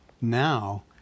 Now